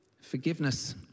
Forgiveness